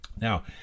Now